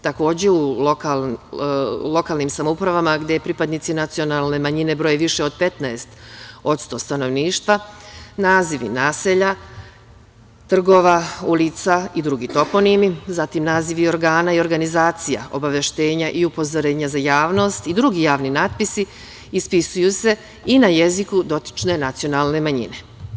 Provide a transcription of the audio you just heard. Takođe, u lokalnim samoupravama gde pripadnici nacionalne manjine broje više od 15% stanovništva, nazivi naselja, trgova, ulica i drugi toponimi, zatim nazivi organa i organizacija, obaveštenja i upozorenja za javnost i drugi javni natpisi ispisuju se i na jeziku dotične nacionalne manjine.